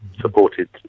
supported